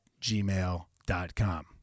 Gmail.com